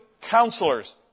counselors